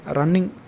running